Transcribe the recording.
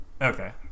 okay